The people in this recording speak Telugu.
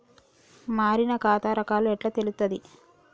మారిన ఖాతా రకాలు ఎట్లా తెలుత్తది?